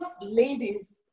ladies